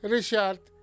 Richard